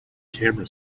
camera